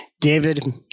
David